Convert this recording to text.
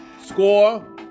score